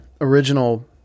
original